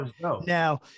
Now